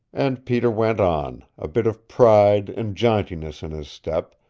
and peter went on, a bit of pride and jauntiness in his step,